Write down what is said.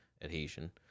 adhesion